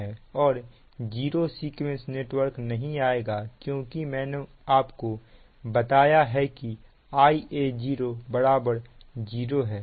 और zero sequence network नहीं आएगा क्योंकि मैंने आपको बताया है कि Ia0 0 है